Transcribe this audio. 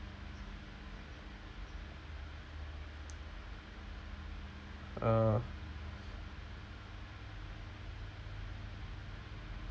uh